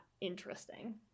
interesting